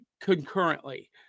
concurrently